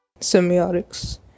Semiotics